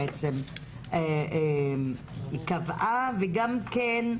בעצם, קבעה וגם כן,